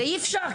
זה אי אפשר.